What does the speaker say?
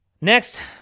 Next